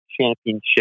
Championship